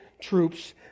troops